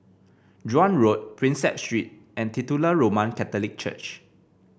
Joan Road Prinsep Street and Titular Roman Catholic Church